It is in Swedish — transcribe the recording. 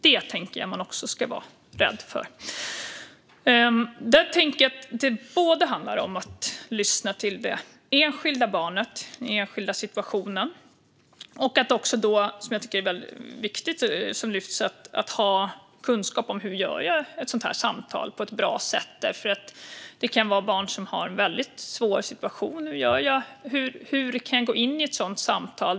Det ska man också vara rädd för. Det handlar om att lyssna till det enskilda barnet i den enskilda situationen. Det är då viktigt, som också lyfts fram, att ha kunskap. Hur har jag ett sådant samtal på ett bra sätt? Det kan vara barn som har en väldigt svår situation. Hur kan jag gå in i ett sådant samtal?